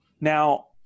Now